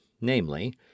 namely